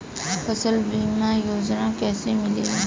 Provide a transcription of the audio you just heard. फसल बीमा योजना कैसे मिलेला?